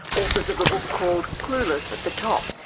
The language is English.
authors of a book called clueless at the top.